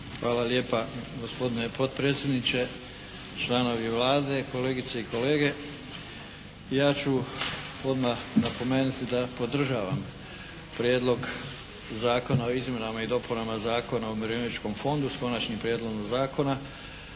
Hvala lijepa gospodine potpredsjedniče, članovi Vlade, kolegice i kolege. Ja ću odmah napomenuti da podržavam Prijedlog Zakona o izmjenama i dopunama o Umirovljeničkom fondu s Konačnim prijedlogom zakona